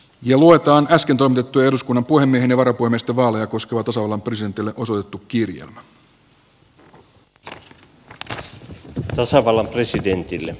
luetaan äsken toimitettuja eduskunnan puhemiehen ja varapuhemiesten vaaleja koskeva tasavallan presidentille